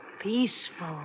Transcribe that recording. Peaceful